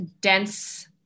dense